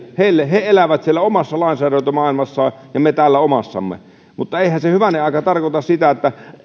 he elävät siellä omassa lainsäädäntömaailmassaan ja me täällä omassamme mutta eihän se hyvänen aika tarkoita sitä että